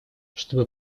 чтобы